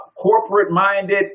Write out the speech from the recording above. corporate-minded